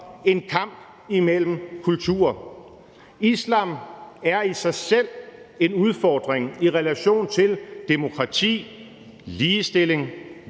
en kamp imellem kulturer. Islam er i sig selv en udfordring i relation til demokrati, ligestilling,